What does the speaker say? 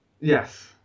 Yes